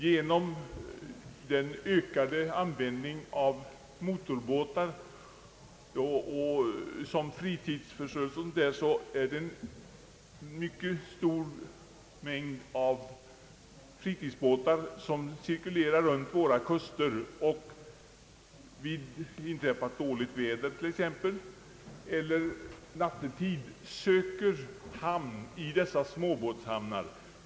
Genom den ökade användningen av båtar för fritidsförströelse är det en mycket stor mängd sådana som färdas runt våra kuster och som t.ex. vid inträffat dåligt väder eller nattetid söker sig till småbåtshamnarna.